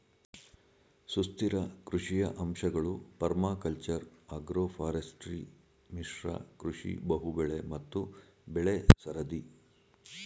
ಸುಸ್ಥಿರ ಕೃಷಿಯ ಅಂಶಗಳು ಪರ್ಮಾಕಲ್ಚರ್ ಅಗ್ರೋಫಾರೆಸ್ಟ್ರಿ ಮಿಶ್ರ ಕೃಷಿ ಬಹುಬೆಳೆ ಮತ್ತು ಬೆಳೆಸರದಿ